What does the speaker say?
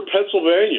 Pennsylvania